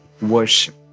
worship